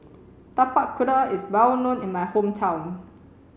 Tapak Kuda is well known in my hometown